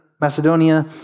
Macedonia